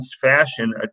fashion